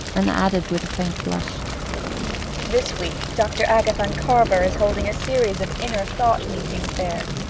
and added with a faint blush this week dr. agathon carver is holding a series of inner thought meetings there.